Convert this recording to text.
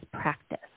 practice